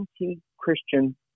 anti-Christian